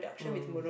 mm